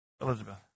Elizabeth